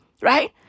right